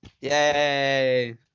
Yay